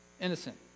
Innocent